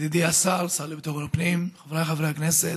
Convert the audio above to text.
ידידי השר, השר לביטחון הפנים, חבריי חברי הכנסת,